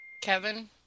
Kevin